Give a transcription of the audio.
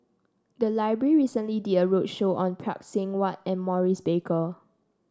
the library recently did a roadshow on Phay Seng Whatt and Maurice Baker